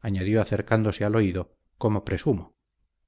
añadió acercándosele al oído como presumo